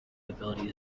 mobility